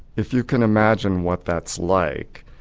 if you can imagine what that's like,